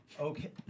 Okay